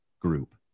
group